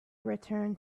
returned